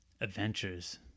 Adventures